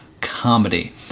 comedy